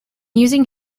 using